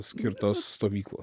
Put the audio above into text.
skirtos stovyklos